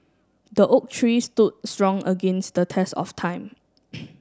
the oak tree stood strong against the test of time